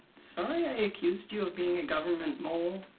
sorry i accused you of being a government mole?